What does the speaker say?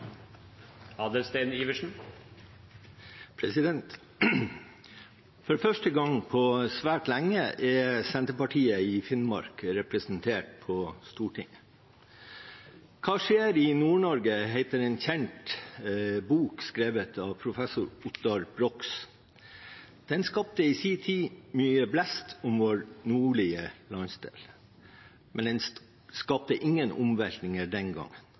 øke produksjonen. For første gang på svært lenge er Senterpartiet i Finnmark representert på Stortinget. «Hva skjer i Nord-Norge?», heter en kjent bok skrevet av professor Ottar Brox. Den skapte i sin tid mye blest om vår nordlige landsdel, men den skapte ingen omveltninger den